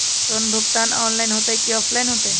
Loan भुगतान online होतई कि ऑफलाइन होतई?